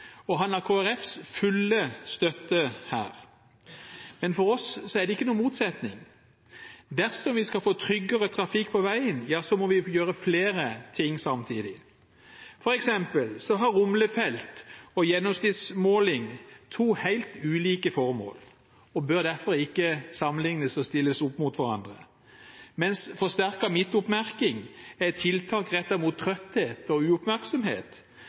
og han har Kristelig Folkepartis fulle støtte. Men for oss er det ingen motsetning her. Dersom vi skal få tryggere trafikk på veien, må vi gjøre flere ting samtidig. For eksempel har rumlefelt og gjennomsnittsmåling to helt ulike formål og bør derfor ikke stilles opp mot hverandre og sammenlignes. Mens forsterket midtoppmerking er et tiltak rettet mot trøtthet og uoppmerksomhet,